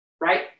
Right